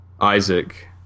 Isaac